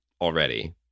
already